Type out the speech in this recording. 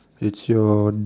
it's your